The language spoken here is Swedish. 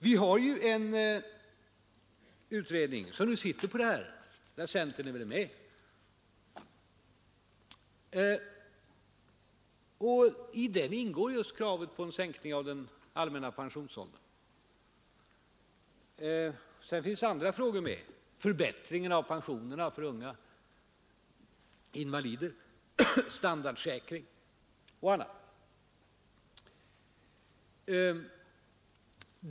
Vi har en utredning som sitter och arbetar på detta, och där är väl centern med. I direktiven till den utredningen ingår just kravet på en sänkning av den allmänna pensionsåldern. Sedan finns det andra frågor med: förbättringen av pensionerna för unga invalider, standardsäkring och annat.